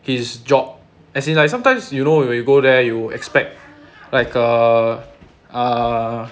his job as in like sometimes you know you you go there you expect like err err